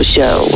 Show